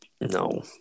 No